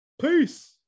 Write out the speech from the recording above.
Peace